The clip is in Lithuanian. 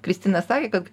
kristina sakė kad